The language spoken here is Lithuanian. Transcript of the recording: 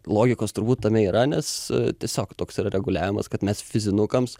logikos turbūt tame yra nes tiesiog toks yra reguliavimas kad mes fizinukams